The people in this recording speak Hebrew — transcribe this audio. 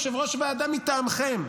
יושב-ראש ועדה מטעמכם,